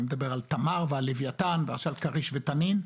אני מדבר על תמר ועל לוויתן ועכשיו כריש ותנין.